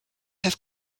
have